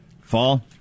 Fall